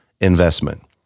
investment